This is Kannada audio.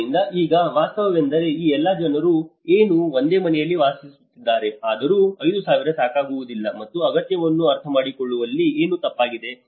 ಆದ್ದರಿಂದ ಈಗ ವಾಸ್ತವವೆಂದರೆ ಈ ಎಲ್ಲಾ ಜನರು ಇನ್ನೂ ಒಂದೇ ಮನೆಯಲ್ಲಿ ವಾಸಿಸುತ್ತಿದ್ದಾರೆ ಆದರೂ 5000 ಸಾಕಾಗುವುದಿಲ್ಲ ಮತ್ತು ಅಗತ್ಯವನ್ನು ಅರ್ಥಮಾಡಿಕೊಳ್ಳುವಲ್ಲಿ ಏನೋ ತಪ್ಪಾಗಿದೆ